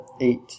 eight